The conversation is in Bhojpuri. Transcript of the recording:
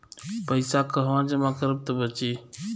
पैसा कहवा जमा करब त बची?